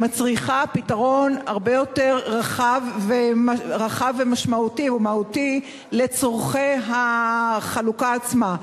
מצריכה פתרון הרבה יותר רחב ומשמעותי ומהותי לצורכי החלוקה עצמה.